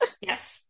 Yes